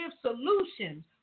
solutions